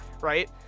right